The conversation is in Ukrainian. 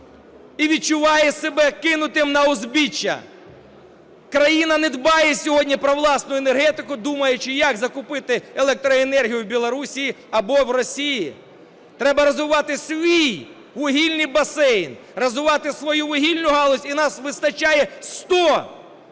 і відчуває себе кинутим на узбіччя. Країна не дбає сьогодні про власну енергетику, думаючи, як закупити електроенергію в Білорусі або в Росії. Треба розвивати свій вугільний басейн, розвивати свою вугільну галузь. І у нас вистачає, 100